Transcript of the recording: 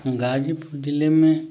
ग़ाज़ीपुर ज़िले में